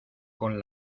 con